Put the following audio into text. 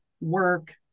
Work